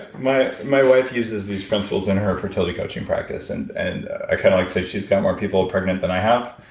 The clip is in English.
but my my wife uses these principles in her fertility coaching practice, and and i kind of like to say she's gotten more people pregnant then i have.